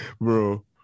bro